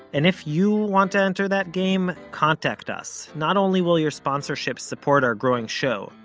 and if you want to enter that game, contact us. not only will your sponsorship support our growing show,